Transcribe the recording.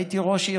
הייתי ראש עיר.